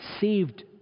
Saved